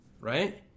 right